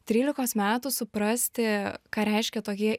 trylikos metų suprasti ką reiškia tokie